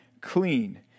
clean